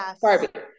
barbie